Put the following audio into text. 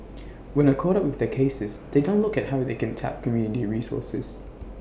when are caught up with their cases they don't look at how they can tap community resources